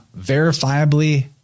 verifiably